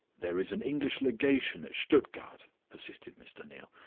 there is an english legation at stuttgart, persisted mr. neal.